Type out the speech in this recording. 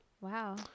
Wow